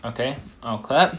okay now clap